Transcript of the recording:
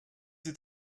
sie